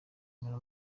müller